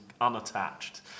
unattached